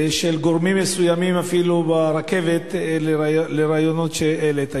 של גורמים מסוימים, אפילו ברכבת, לרעיונות שהעלית.